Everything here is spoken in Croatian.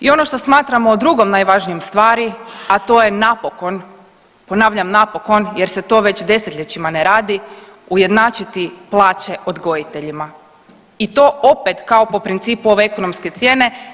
I ono što smatramo drugom najvažnijom stvari, a to je napokon, ponavljam napokon jer se to već desetljećima ne radi, ujednačiti plaće odgojiteljima i to opet kao po principu ove ekonomske cijene.